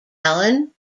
alan